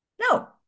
No